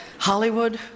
Hollywood